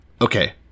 okay